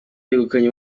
yegukanye